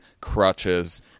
crutches